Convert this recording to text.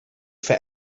for